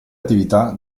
attività